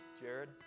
Jared